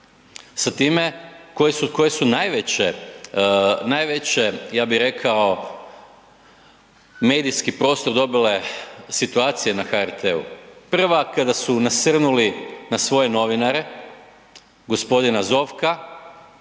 Sa time koje su najveće, ja bih rekao, medijski prostor dobile situacije na HRT-u, prva kada su nasrnuli na svoje novinare, gospodina Zovka,